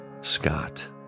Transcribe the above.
Scott